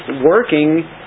working